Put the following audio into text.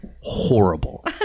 horrible